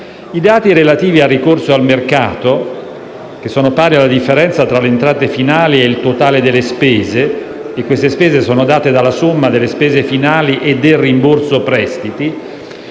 I dati relativi al ricorso al mercato (pari alla differenza tra le entrate finali e il totale delle spese, queste ultime date dalla somma delle spese finali e del rimborso prestiti)